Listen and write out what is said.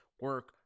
Work